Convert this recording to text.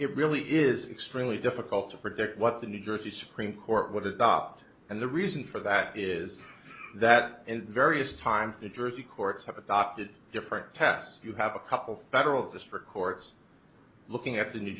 it really is extremely difficult to predict what the new jersey supreme court would adopt and the reason for that is that in various time the jersey courts have adopted different tasks you have a couple federal district courts looking at the new